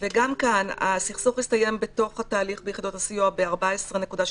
כאן הסכסוך הסתיים בתוך התהליך ביחידות הסיוע ב-14.61%.